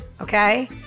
okay